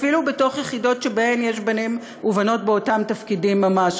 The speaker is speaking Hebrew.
אפילו בתוך יחידות שבהן יש בנים ובנות באותם תפקידים ממש.